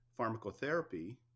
pharmacotherapy